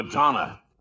Madonna